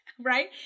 right